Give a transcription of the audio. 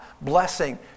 Blessing